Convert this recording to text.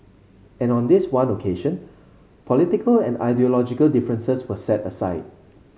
and on this one occasion political and ideological differences were set aside